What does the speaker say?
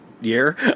year